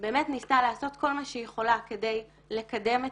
ניסתה לעשות כל מה שהיא יכולה כדי לקדם את